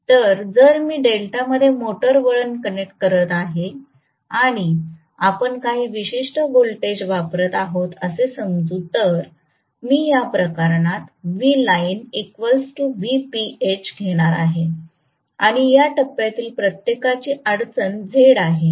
तर जर मी डेल्टामध्ये मोटर वळण कनेक्ट करीत आहे आणि आपण काही विशिष्ट व्होल्टेज वापरत आहोत असे समजू तर मी या प्रकरणात घेणार आहे आणि या टप्प्यातील प्रत्येकाची अडचण Z आहे